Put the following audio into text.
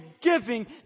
giving